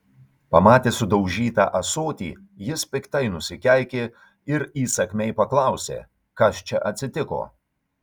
pamatęs sudaužytą ąsotį jis piktai nusikeikė ir įsakmiai paklausė kas čia atsitiko